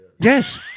Yes